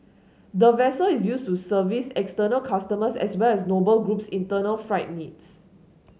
the vessel is used to service external customers as well as Noble Group's internal freight needs